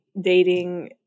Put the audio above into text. dating